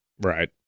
right